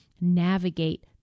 navigate